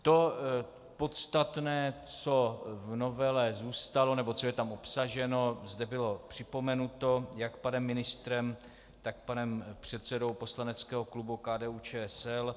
To podstatné, co v novele zůstalo nebo co je tam obsaženo, zde bylo připomenuto jak panem ministrem, tak panem předsedou poslaneckého klubu KDUČSL.